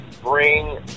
bring